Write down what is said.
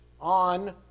on